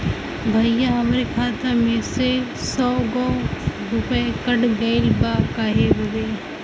भईया हमरे खाता में से सौ गो रूपया कट गईल बा काहे बदे?